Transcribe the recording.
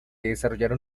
desarrollaron